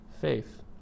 faith